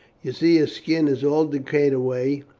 you see his skin is all decayed away,